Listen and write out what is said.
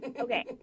Okay